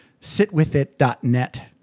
sitwithit.net